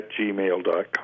gmail.com